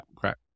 Correct